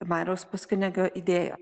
mariaus puskunigio idėją